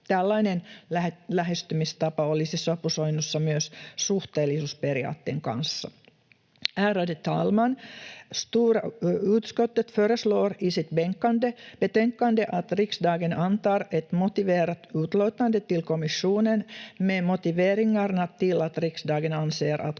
Tällainen lähestymistapa olisi sopusoinnussa myös suhteellisuusperiaatteen kanssa. Ärade talman! Stora utskottet föreslår i sitt betänkande att riksdagen antar ett motiverat utlåtande till kommissionen med motiveringarna till att riksdagen anser att